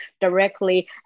directly